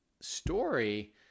story